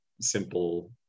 simple